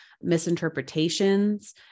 misinterpretations